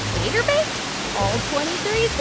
date or bait all twenty three seasons